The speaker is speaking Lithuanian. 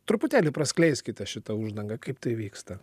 truputėlį praskleiskite šitą uždangą kaip tai vyksta